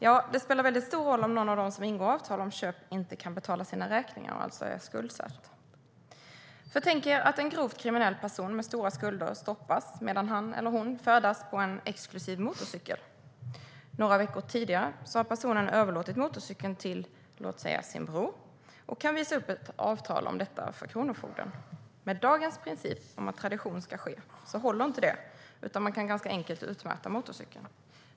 Ja, det spelar väldigt stor roll om någon av dem som ingår avtal om köp inte kan betala sina räkningar och alltså är skuldsatt. Tänk er att en grovt kriminell person med stora skulder stoppas medan han eller hon färdas på en exklusiv motorcykel. Några veckor tidigare har personen överlåtit motorcykeln till låt säga sin bror och kan visa upp ett avtal om detta för kronofogden. Med dagens princip om att tradition ska ske håller inte det, utan man kan ganska enkelt utmäta motorcykeln.